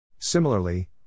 Similarly